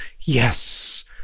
Yes